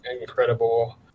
incredible